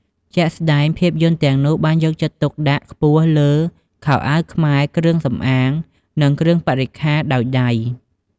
ជាក់ស្ដែង ភាពយន្តទាំងនោះបានយកចិត្តទុកដាក់ខ្ពស់លើ ខោអាវខ្មែរ គ្រឿងសំអាង និងគ្រឿងបរិក្ខារដោយដៃ។